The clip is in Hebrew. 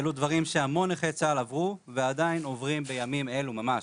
אלו דברים שהמון נכי צה"ל עברו ועדיין עוברים בימים אלה ממש.